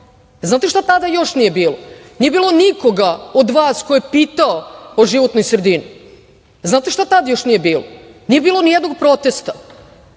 Znate šta tada još nije bilo? Nije bilo nikoga od vas ko je pitao o životnoj sredini. Znate šta tada još nije bilo? Nije bilo ni jednog protesta.